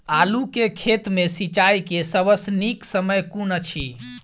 आलु केँ खेत मे सिंचाई केँ सबसँ नीक समय कुन अछि?